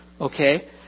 Okay